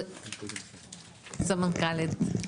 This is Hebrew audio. סמנכ"לית.